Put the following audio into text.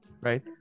right